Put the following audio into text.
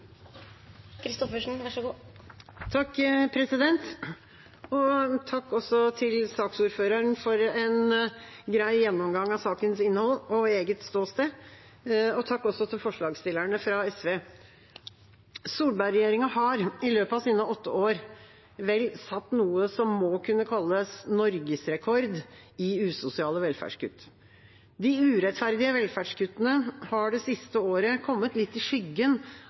Takk til saksordføreren for en grei gjennomgang av sakens innhold og eget ståsted. Takk også til forslagsstillerne fra SV. Solberg-regjeringa har i løpet av sine åtte år vel satt noe som må kunne kalles norgesrekord i usosiale velferdskutt. De urettferdige velferdskuttene har det siste året kommet litt i skyggen